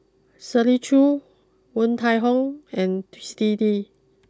Shirley Chew Woon Tai Ho and Twisstii